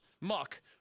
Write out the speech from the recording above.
Muck